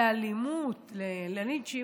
מאלימות, מלינצ'ים,